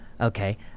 Okay